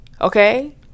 okay